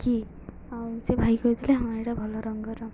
କି ଆଉ ସେ ଭାଇ କହିଥିଲେ ହଁ ଏଇଟା ଭଲ ରଙ୍ଗର